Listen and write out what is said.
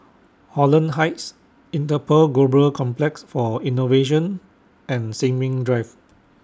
Holland Heights Interpol Global Complex For Innovation and Sin Ming Drive